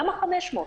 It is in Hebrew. למה 500?